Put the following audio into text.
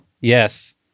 Yes